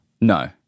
No